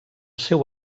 seu